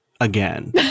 again